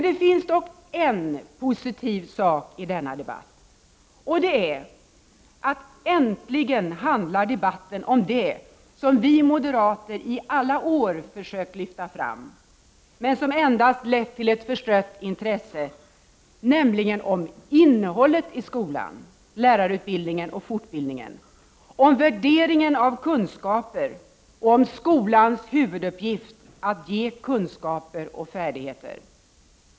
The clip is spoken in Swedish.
Det finns dock en positiv sak i denna debatt, och det är att debatten äntligen handlar om det som vi moderater i alla år försökt lyfta fram men som endast lett till ett förstrött intresse, nämligen innehållet i skolan, lärarutbildningen och fortbildningen. Debatten handlar nu äntligen om värderingen av kunskaper och om skolans huvuduppgift att ge kunskaper och färdigheter.